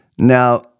Now